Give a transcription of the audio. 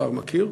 השר מכיר,